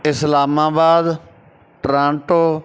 Islamabad Toronto